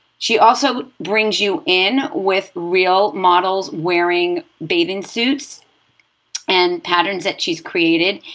she also brings you in with real models wearing bathing suits and patterns that she's created.